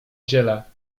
dziele